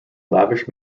lavish